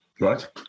right